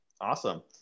awesome